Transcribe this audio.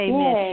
Amen